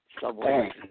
subway